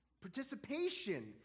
Participation